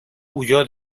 huyó